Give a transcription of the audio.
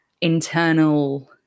internal